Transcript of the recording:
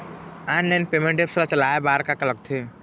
Online payment apps ला चलाए बार का का लगथे?